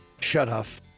shutoff